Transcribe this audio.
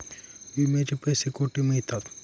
विम्याचे पैसे कुठे मिळतात?